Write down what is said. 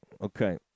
okay